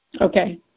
Okay